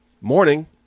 Morning